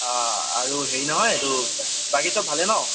অঁ আৰু হেৰি নহয় এইটো বাকী চব ভালেই ন'